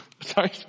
Sorry